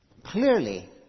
Clearly